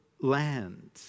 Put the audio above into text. land